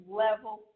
level